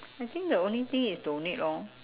I think the only thing is donate lor